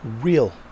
real